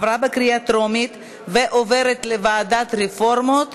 לוועדה המיוחדת